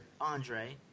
Andre